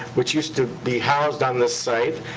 which used to be housed on this site,